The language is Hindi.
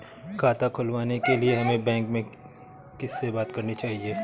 खाता खुलवाने के लिए हमें बैंक में किससे बात करनी चाहिए?